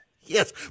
Yes